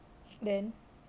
then